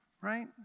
right